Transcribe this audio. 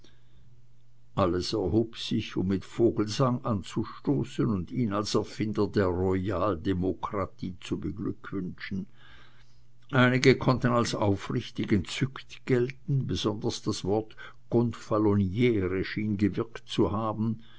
alles erhob sich um mit vogelsang anzustoßen und ihn als erfinder der royaldemokratie zu beglückwünschen einige konnten als aufrichtig entzückt gelten besonders das wort gonfaloniere schien gewirkt zu haben